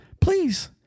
please